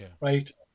Right